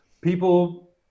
people